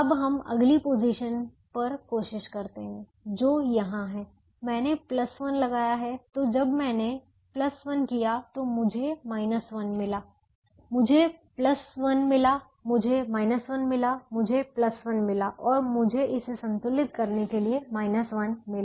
अब हम अगली पोजीशन पर कोशिश करते हैं जो यहाँ है मैंने 1 लगाया है तो जब मैंने 1 किया तो मुझे 1 मिला मुझे 1 मिला मुझे 1 मिला मुझे 1 मिला और मुझे इसे संतुलित करने के लिए 1 मिला